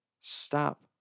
stop